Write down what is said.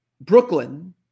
Brooklyn